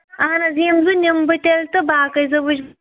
اہن حظ یِم زٕ نِم بہٕ تیٚلہِ تہٕ باقٕے زٕ وٕچھ